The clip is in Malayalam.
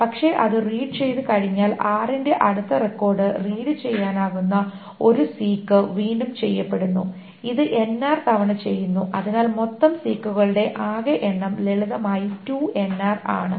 പക്ഷേ അത് റീഡ് ചെയ്ത് കഴിഞ്ഞാൽ r ന്റെ അടുത്ത റെക്കോർഡ് റീഡ് ചെയ്യാനാകുന്ന ഒരു സീക് വീണ്ടും ചെയ്യപ്പെടുന്നു ഇത് nr തവണ ചെയ്യപ്പെടുന്നു അതിനാൽ മൊത്തം സീക്കുകളുടെ ആകെ എണ്ണം ലളിതമായി ആണ്